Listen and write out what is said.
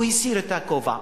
הוא הסיר את הכובע.